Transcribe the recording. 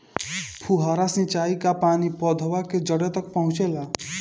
फुहारा सिंचाई का पानी पौधवा के जड़े तक पहुचे ला?